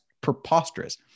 preposterous